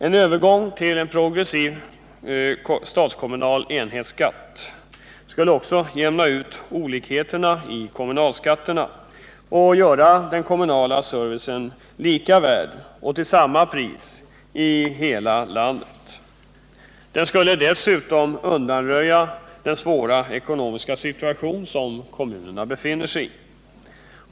En övergång till en progressiv statskommunal enhetsskatt skulle jämna ut olikheterna i kommunalskatterna och göra den kommunala servicen lika värd till samma pris i hela landet. Den skulle dessutom undanröja den svåra ekonomiska situation som kommunerna befinner sig i.